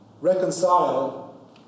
reconcile